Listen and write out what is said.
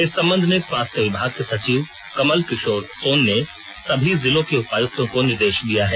इस सम्बन्ध में स्वास्थ्य विभाग के सचिव कमल किशोर सोन ने सभी जिलों के उपायुक्तों को निर्देश दिया है